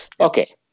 Okay